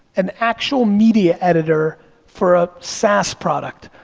an actual media editor for a saas product,